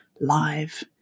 live